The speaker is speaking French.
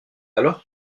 alors